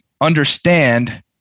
understand